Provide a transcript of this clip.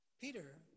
Peter